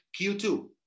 Q2